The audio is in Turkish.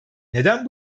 neden